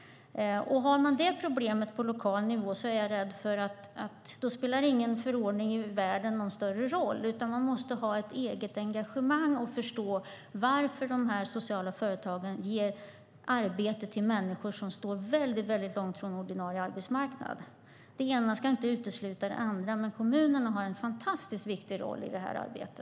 Har man det problemet på lokal nivå är jag rädd att ingen förordning i världen spelar någon större roll. Man måste i stället ha ett eget engagemang och förstå varför de sociala företagen ger arbete till människor som står väldigt långt från ordinarie arbetsmarknad. Det ena ska inte utesluta det andra, men kommunerna har en fantastiskt viktig roll i detta arbete.